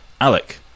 Alec